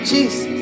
Jesus